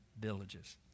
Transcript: villages